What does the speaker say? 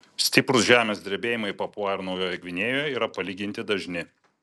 stiprūs žemės drebėjimai papua ir naujojoje gvinėjoje yra palyginti dažni